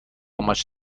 much